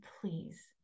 please